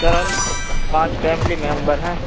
سر ہم پانچ family member ہیں